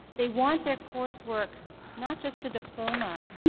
they want their course work, not just a diploma,